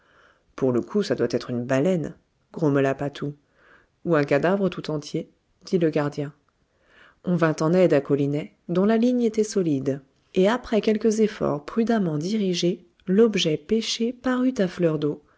pour le coup ça doit être une baleine grommela patou ou un cadavre tout entier dit le gardien on vint en aide à colinet dont la ligne était solide et après quelques efforts prudemment dirigés l'objet pêché parut à fleur d'eau